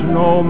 no